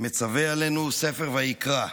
מצווה עלינו ספר ויקרא.